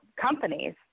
companies